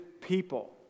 people